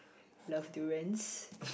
love durians